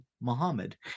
Muhammad